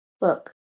Look